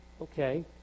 okay